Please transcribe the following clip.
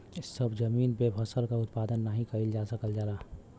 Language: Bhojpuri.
सभ जमीन पे फसल क उत्पादन नाही कइल जा सकल जाला